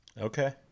Okay